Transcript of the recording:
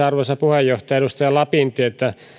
arvoisaa puheenjohtajaa edustaja lapintietä